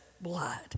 blood